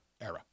era